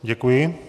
Děkuji.